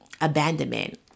abandonment